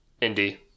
Indy